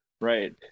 Right